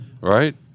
right